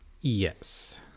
yes